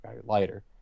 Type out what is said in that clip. lighter